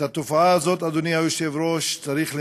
את התופעה הזאת, אדוני היושב-ראש, צריך למגר.